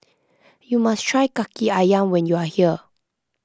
you must try Kaki Ayam when you are here